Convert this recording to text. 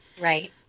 right